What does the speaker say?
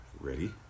Ready